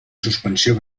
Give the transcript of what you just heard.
suspensió